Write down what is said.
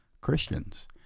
Christians